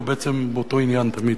הוא בעצם באותו עניין תמיד.